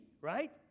right